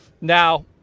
Now